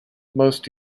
most